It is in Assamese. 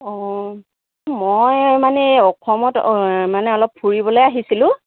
অঁ মই মানে এই অসমত মানে অলপ ফুৰিবলৈ আহিছিলোঁ